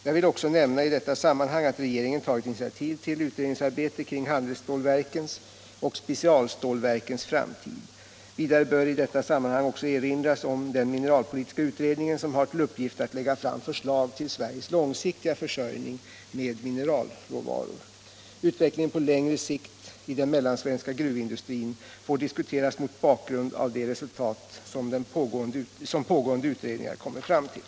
Jag vill också nämna i detta sammanhang att regeringen tagit initiativ Om åtgärder mot till utredningsarbete kring handelsstålverkens och specialstålverkens produktionsminskframtid. Vidare bör i detta sammanhang erinras om den mineralpolitiska — ning i Grängesbergs utredningen, som har till uppgift att lägga fram förslag till Sveriges lång — gruvor siktiga försörjning med mineralråvaror. Utvecklingen på längre sikt i den mellansvenska gruvindustrin får diskuteras mot bakgrund av de resultat som pågående utredningar kommer fram till.